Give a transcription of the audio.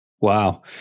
Wow